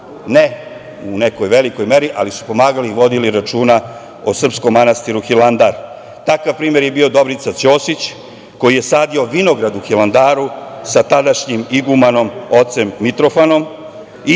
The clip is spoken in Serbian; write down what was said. ne u nekoj velikoj meri, ali su pomagali i vodili računa o srpskom manastiru Hilandar. Takav primer je bio Dobrica Ćosić koji je sadio vinograd u Hilandaru sa tadašnjim Igumanom ocem Mitrofanom, iako